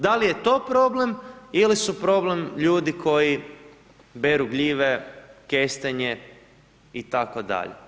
Da li je to problem ili su problem ljudi koji beru gljive, kestenje itd.